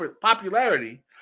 popularity